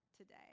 today